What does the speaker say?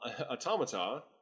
automata